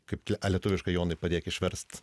kaip lietuviškai jonai padėk išverst